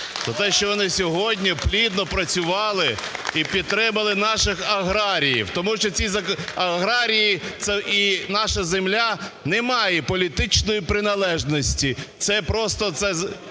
за те, що вони сьогодні плідно працювали і підтримали наших аграріїв, тому що ці аграрії, це і наша земля. Немає політичної приналежності, це просто